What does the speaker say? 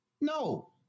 No